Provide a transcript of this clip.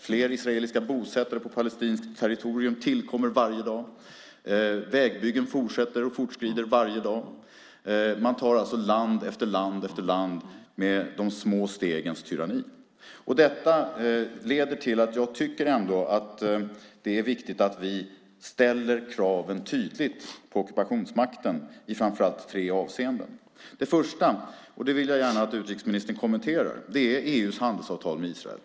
Fler israeliska bosättare på palestinskt territorium tillkommer varje dag. Vägbyggen fortsätter och fortskrider varje dag. Man tar alltså land efter land efter land med de små stegens tyranni. Detta leder till att jag ändå tycker att det är viktigt att vi ställer kraven tydligt på ockupationsmakten i framför allt tre avseenden. För det första - och det vill jag gärna att utrikesministern kommenterar - gäller det EU:s handelsavtal med Israel.